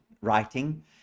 Writing